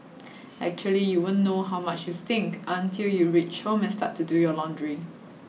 actually you won't know how much you stink until you reach home and start to do your laundry